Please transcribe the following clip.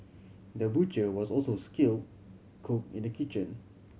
the butcher was also skill cook in the kitchen